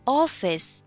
office